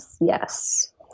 Yes